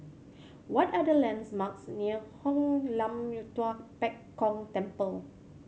what are the landmarks near Hoon Lam Tua Pek Kong Temple